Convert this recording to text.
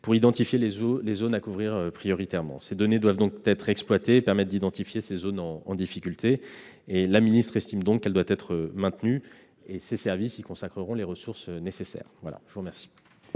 vue d'identifier les zones à couvrir prioritairement. Ces données doivent donc être exploitées afin d'identifier ces zones en difficulté. Mme la ministre estime qu'elle doit être maintenue, et ses services y consacreront les ressources nécessaires. La parole